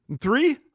Three